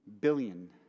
billion